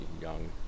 young